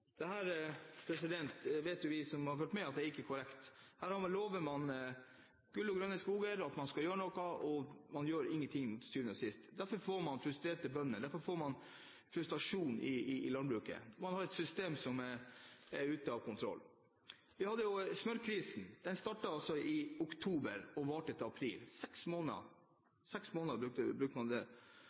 korrekt. Her lover man gull og grønne skoger, at man skal gjøre noe, men så gjør man ingenting til syvende og sist. Derfor får man frustrerte bønder, derfor får man frustrasjon i landbruket. Man har et system som er ute av kontroll. Vi hadde smørkrisen, den startet i oktober og varte til april. Seks måneder brukte man for å få det